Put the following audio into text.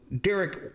Derek